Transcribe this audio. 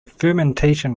fermentation